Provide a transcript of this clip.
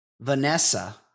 Vanessa